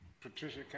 Patricia